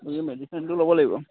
এই মেডিচিনটো ল'ব লাগিব